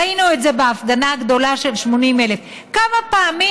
ראינו את זה בהפגנה הגדולה של 80,000. כמה פעמים